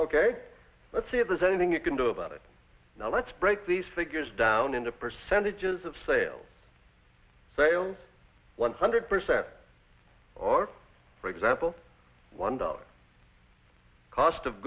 ok let's see if there's anything you can do about it now let's break these figures down into percentages of sales sales one hundred percent or for example one dollar cost of